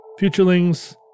Futurelings